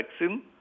vaccine